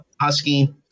Husky